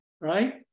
right